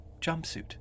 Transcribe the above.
jumpsuit